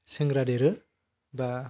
सेंग्रा देरो बा